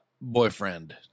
boyfriend